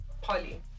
poly